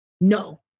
no